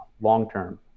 long-term